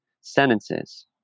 sentences